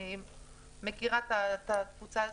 אני מכירה את הקבוצה הזאת.